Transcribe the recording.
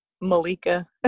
Malika